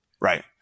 Right